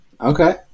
Okay